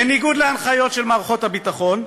בניגוד להנחיות של מערכת הביטחון,